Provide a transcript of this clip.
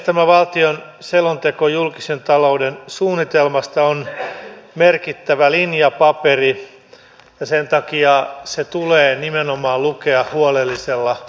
tämä valtioneuvoston selonteko julkisen talouden suunnitelmasta on merkittävä linjapaperi ja sen takia se tulee nimenomaan lukea huolellisella tarkkuudella